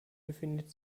befindet